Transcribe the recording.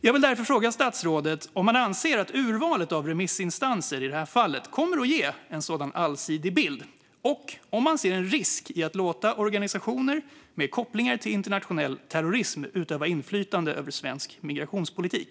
Jag vill därför fråga statsrådet om han anser att urvalet av remissinstanser i det här fallet kommer att ge en allsidig bild och om han ser en risk i att låta organisationer med kopplingar till internationell terrorism utöva inflytande över svensk migrationspolitik.